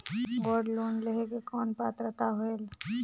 Gold loan लेहे के कौन पात्रता होएल?